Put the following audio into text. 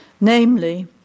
namely